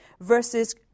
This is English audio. versus